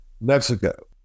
Mexico